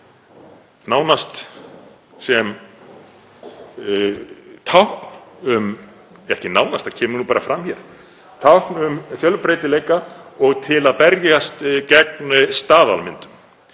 nánast sem tákn um — ekki nánast, það kemur nú bara fram hér: Tákn um fjölbreytileika og til að berjast gegn staðalmyndum